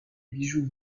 bijoux